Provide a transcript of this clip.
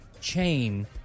chain